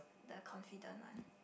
the confident one